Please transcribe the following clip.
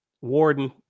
warden